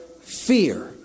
fear